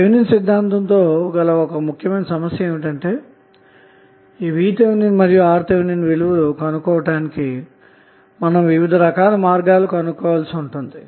Thevenin సిద్ధాంతం తో ఒక సమస్య ఏమిటంటే VTh మరియు RThవిలువలు కనుగొనటానికి వివిధ మార్గాలుగుర్తించాలిసి ఉంటుంది